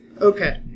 Okay